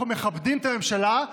אנחנו מכבדים את הממשלה,